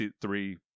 three